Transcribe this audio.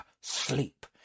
sleep